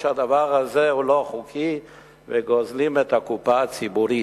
שהדבר הזה הוא לא חוקי וגוזלים את הקופה הציבורית.